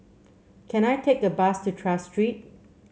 can I take a bus to Tras Street